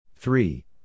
Three